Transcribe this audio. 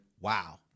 wow